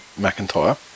McIntyre